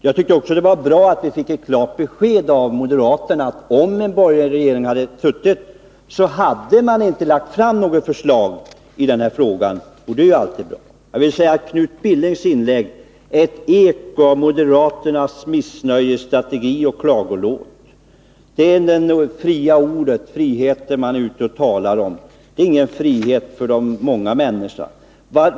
Jag tycker att det var bra att vi fick ett klart besked av moderaterna, att om vi hade haft en borgerlig regering hade den inte lagt fram något förslag i den här frågan. Knut Billings inlägg är ett eko av moderaternas missnöjesstrategi och klagolåt. Det visar den frihet moderaterna är ute och talar om. Det är ingen frihet för de många människorna.